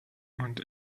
und